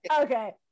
Okay